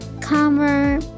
calmer